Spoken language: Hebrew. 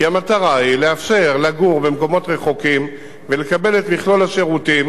כי המטרה היא לאפשר לגור במקומות רחוקים ולקבל את מכלול השירותים,